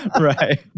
Right